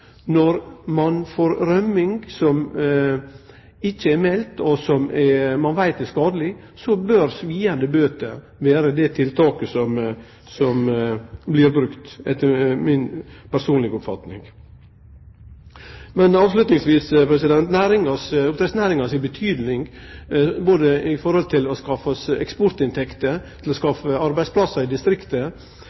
Når det skjer rømming som ikkje blir meld, og som ein veit er skadeleg, bør sviande bøter vere det tiltaket som blir brukt, etter mi personlege oppfatning. Til slutt: Oppdrettsnæringas betydning både for å skaffe oss eksportinntekter og for å skape arbeidsplassar og anna i